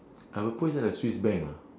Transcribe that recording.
I will put inside the swiss bank ah